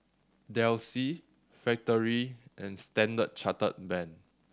Delsey Factorie and Standard Chartered Bank